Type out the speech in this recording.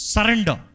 Surrender